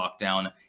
lockdown